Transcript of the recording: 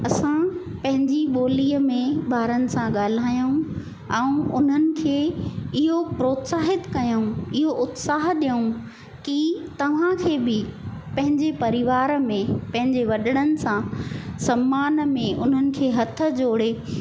असां पंहिंजी ॿोलीअ में ॿारनि सां ॻाल्हायूं ऐं उन्हनि खे इहो प्रोत्साहित कयूं इहो उत्साह ॾेयूं की तव्हांखे बि पंहिंजे परिवार में पंहिंजे वॾणनि सां सम्मान में उन्हनि खे हथ जोड़े